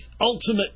ultimate